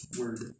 word